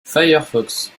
firefox